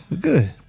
good